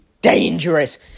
dangerous